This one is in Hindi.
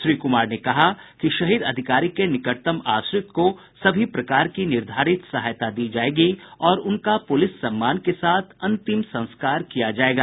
श्री कुमार ने कहा कि शहीद अधिकारी के निकटतम आश्रित को सभी प्रकार की निर्धारित सहायता दी जायेगी और उनका पुलिस सम्मान के साथ अंतिम संस्कार किया जायेगा